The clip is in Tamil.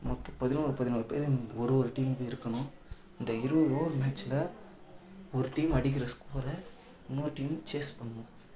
மொத்தம் பதினோரு பதினோரு பேர் ஒரு ஒரு டீமுக்கு இருக்கணும் இந்த இருபது ஓவரு மேட்சில் ஒரு டீமு அடிக்கிற ஸ்கோரை இன்னொரு டீமு சேஸ் பண்ணணும்